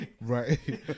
Right